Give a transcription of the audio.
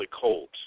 cold